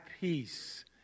peace